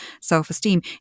self-esteem